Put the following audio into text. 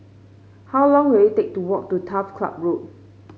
how long will it take to walk to Turf Club Road